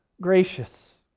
gracious